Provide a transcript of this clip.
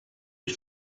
ich